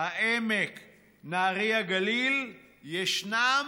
העמק וגליל בנהריה ישנם,